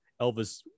Elvis